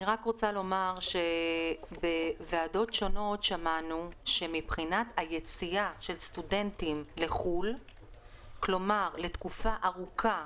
שמענו בוועדות שונות שמבחינת היציאה של סטודנטים לחו"ל לתקופה ארוכה,